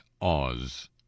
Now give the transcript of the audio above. Oz